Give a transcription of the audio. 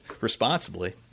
responsibly